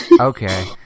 Okay